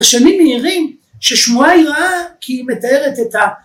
‫בשנים מהירים ששמועה היא רואה ‫כי היא מתארת את ה...